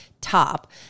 top